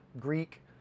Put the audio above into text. Greek